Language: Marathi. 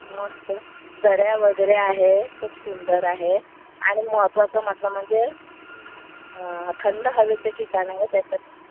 मस्त दऱ्या वगैरे आहेत खूप सुंदर आहे आणि महत्त्वाचं म्हटलं म्हणजे थंड हवेचे ठिकाण आहे त्याच्या